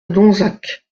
donzac